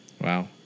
Wow